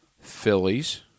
Phillies